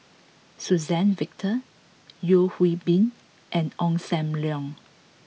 Suzann Victor Yeo Hwee Bin and Ong Sam Leong